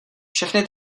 všechny